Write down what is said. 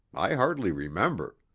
i hardly remember.